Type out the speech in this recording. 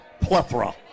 plethora